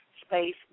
space